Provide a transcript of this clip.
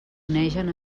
onegen